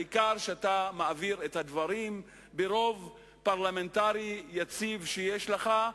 העיקר שאתה מעביר את הדברים ברוב פרלמנטרי יציב שיש לך.